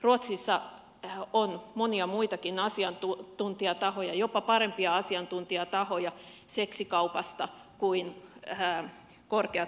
ruotsissa on monia muitakin seksikaupan asiantuntijatahoja jopa parempia asiantuntijatahoja kuin korkeat virkamiehet